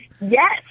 Yes